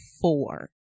four